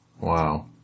Wow